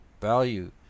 value